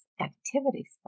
Activities